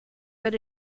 but